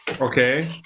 Okay